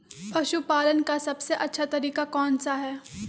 पशु पालन का सबसे अच्छा तरीका कौन सा हैँ?